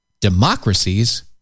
democracies